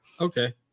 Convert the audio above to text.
okay